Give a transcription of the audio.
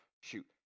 Shoot